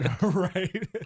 Right